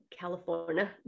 California